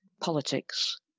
politics